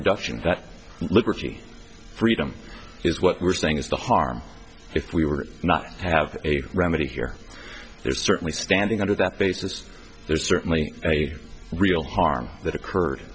that liberty freedom is what we're saying is the harm if we were not have a remedy here there's certainly standing under that basis there's certainly a real harm that occurred